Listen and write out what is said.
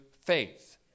faith